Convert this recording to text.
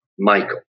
Michael